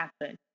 happen